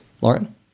Lauren